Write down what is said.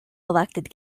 elected